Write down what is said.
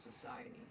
Society